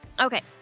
Okay